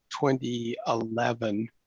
2011